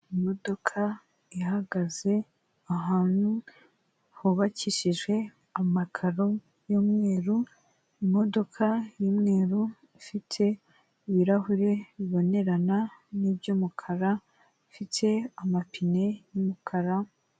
Imodoka ihagaze ahantu hubakishije amakaro y'umweru, imodoka y'umweru ifite ibirahuri bibonerana n'iyumukara ifite amapine y'umukara.